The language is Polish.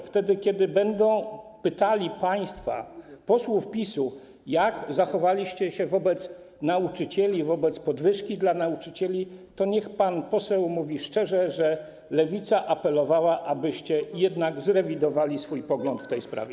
Wtedy kiedy będą pytali państwa, posłów PiS-u, jak zachowaliście się wobec nauczycieli, wobec podwyżki dla nauczycieli, to niech pan poseł mówi szczerze, że Lewica apelowała, abyście jednak zrewidowali swój pogląd w tej sprawie.